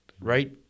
Right